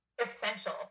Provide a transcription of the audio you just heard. essential